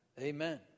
Amen